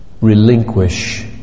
relinquish